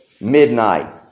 midnight